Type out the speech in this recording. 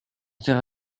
faire